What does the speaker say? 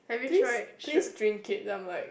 please please drink it then I'm like